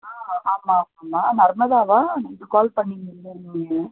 ஆ ஆமாம் ஆமாம் நர்மதாவா நேற்று கால் பண்ணிருந்தீங்கல்ல நீங்கள்